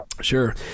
Sure